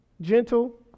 gentle